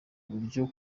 uburyo